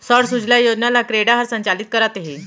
सौर सूजला योजना ल क्रेडा ह संचालित करत हे